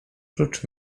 prócz